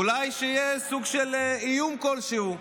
אולי שיהיה סוג של איום כלשהו.